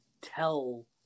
tell